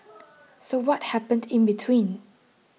so what happened in between